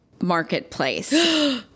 Marketplace